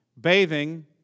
bathing